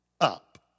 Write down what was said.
up